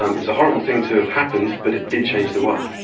um it's a horrible thing to have happened but it did change the world.